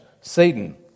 Satan